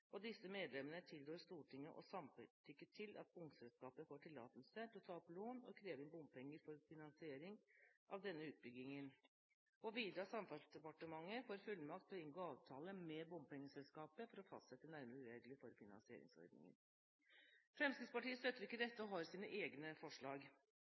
og disse medlemmene tilrår Stortinget å samtykke til at bompengeselskapet får tillatelse til å ta opp lån og kreve inn bompenger for finansiering av denne utbyggingen, og videre at Samferdselsdepartementet får fullmakt til å inngå avtale med bompengeselskapet for å fastsette nærmere regler for finansieringsordningen. Fremskrittspartiet støtter ikke